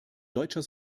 deutscher